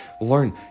learn